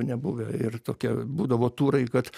nebuvę ir tokie būdavo turai kad